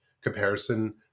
comparison